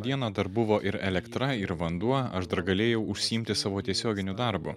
dieną dar buvo ir elektra ir vanduo aš dar galėjau užsiimti savo tiesioginiu darbu